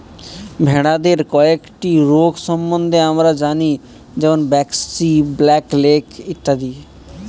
ভেড়াদের কয়েকটা রোগ সম্বন্ধে আমরা জানি যেমন ব্র্যাক্সি, ব্ল্যাক লেগ ইত্যাদি